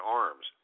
arms